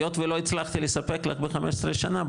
היות ולא הצלחתי לספק לך ב-15 שנה,